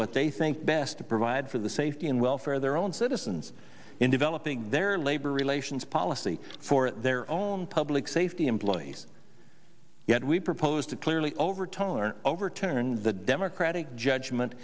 what they think best to provide for the safety and welfare of their own citizens in developing their labor relations policy for their own public safety employees yet we proposed a clearly over tone or overturns the democratic judgment